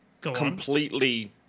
Completely